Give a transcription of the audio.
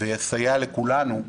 ויסייע לכולנו,